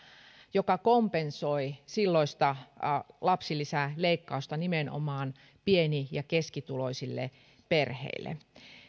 joka kompensoi silloista lapsilisäleikkausta nimenomaan pieni ja keskituloisille perheille